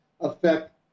affect